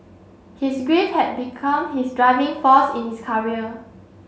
his grief had become his driving force in his career